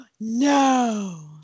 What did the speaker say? No